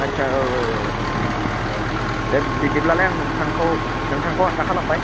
आदसा औ औ औ दे बिब्दिब्लालाय आं नोंथांखौ नोंथांखौ आसा खालामबाय